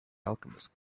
alchemist